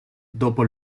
dopo